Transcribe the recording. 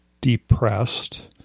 depressed